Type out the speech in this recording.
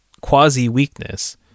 quasi-weakness